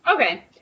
okay